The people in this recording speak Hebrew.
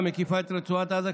המקיפה את רצועת עזה,